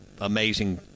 amazing